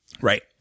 Right